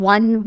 One